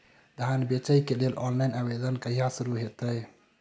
धान बेचै केँ लेल ऑनलाइन आवेदन कहिया शुरू हेतइ?